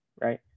right